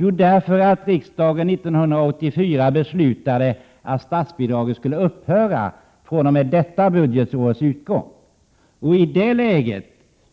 Jo, därför att riksdagen 1984 beslutade att statsbidraget skulle upphöra fr.o.m. detta budgetårs utgång. I det läget,